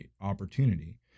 opportunity